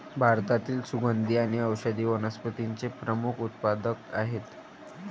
भारतातील सुगंधी आणि औषधी वनस्पतींचे प्रमुख उत्पादक आहेत